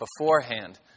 beforehand